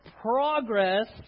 Progress